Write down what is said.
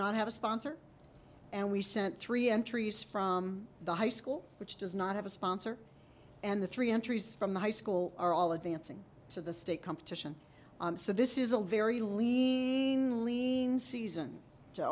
not have a sponsor and we sent three entries from the high school which does not have a sponsor and the three entries from the high school are all advancing to the state competition so this is a very